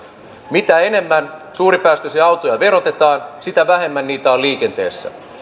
mitä enemmän suuripäästöisiä autoja verotetaan sitä vähemmän niitä on liikenteessä